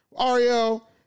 Ariel